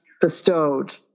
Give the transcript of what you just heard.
bestowed